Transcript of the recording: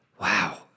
Wow